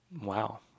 Wow